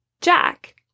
Jack